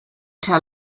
tell